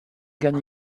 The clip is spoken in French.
gagne